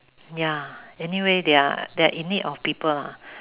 ya anyway they're they're in need of people lah